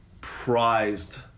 prized